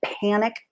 panic